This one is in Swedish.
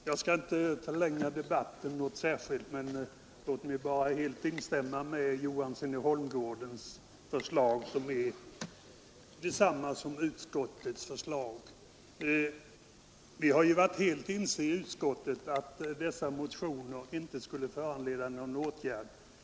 Herr talman! Jag skall inte förlänga debatten i någon större utsträckning. Låt mig bara helt instämma i herr Johanssons i Holmgården förslag, som helt sammanfaller med utskottets hemställan, Vi har ju med hänsyn till jaktmarksutredningens arbete varit helt ense i utskottet om att motionerna inte skulle föranleda någon åtgärd.